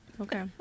Okay